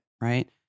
right